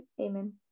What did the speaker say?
amen